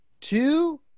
two